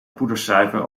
poedersuiker